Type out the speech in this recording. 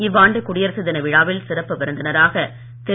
இவ்வாண்டு குடியரசுத் தின விழாவில் சிறப்பு விருந்தினராக திரு